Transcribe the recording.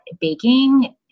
baking